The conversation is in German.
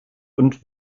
und